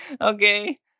Okay